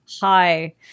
hi